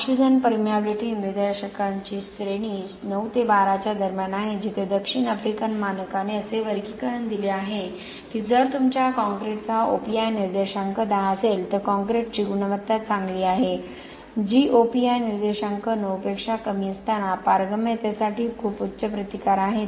oxygen permeability निर्देशांकाची श्रेणी 9 ते 12 च्या दरम्यान आहे जिथे दक्षिण आफ्रिकन मानकाने असे वर्गीकरण दिले आहे की जर तुमच्या कॉंक्रिटचा OPI निर्देशांक 10 असेल तर कॉंक्रिटची गुणवत्ता चांगली आहे जी ओपीआय निर्देशांक 9 पेक्षा कमी असताना पारगम्यतेसाठी खूप उच्च प्रतिकार आहे